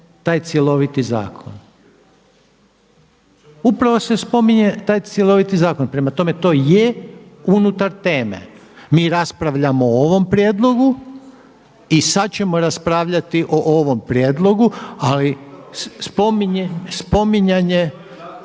taj cjeloviti zakon. Upravo se spominje taj cjeloviti zakon. Prema tome to je unutar teme. Mi raspravljamo o ovom prijedlogu i sada ćemo raspravljati o ovom prijedlogu ali spominjanje,